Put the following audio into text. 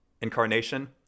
incarnation